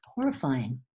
horrifying